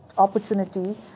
Opportunity